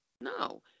No